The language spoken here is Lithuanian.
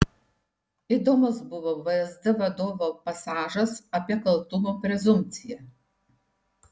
įdomus buvo vsd vadovo pasažas apie kaltumo prezumpciją